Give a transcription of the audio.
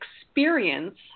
experience